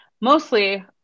mostly